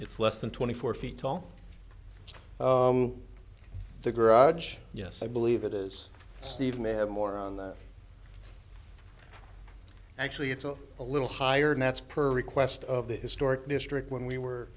it's less than twenty four feet tall the garage yes i believe it is steve may have more on the actually it's a little higher than it's per request of the historic district when we were